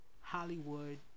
Hollywood